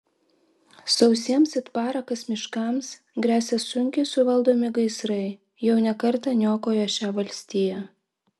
sausiems it parakas miškams gresia sunkiai suvaldomi gaisrai jau ne kartą niokoję šią valstiją